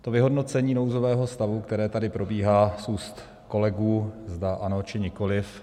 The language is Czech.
To vyhodnocení nouzového stavu, které tady probíhá z úst kolegů, zda ano, či nikoliv.